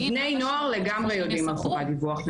בני נוער לגמרי יודעים על חובת דיווח,